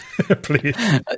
please